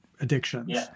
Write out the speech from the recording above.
addictions